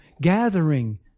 gathering